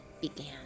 began